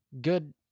good